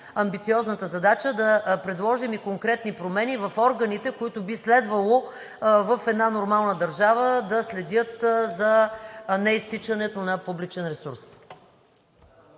амбициозната задача да предложим и конкретни промени в органите, които би следвало в една нормална държава да следят за неизтичането на публичен ресурс.